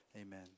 Amen